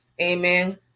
Amen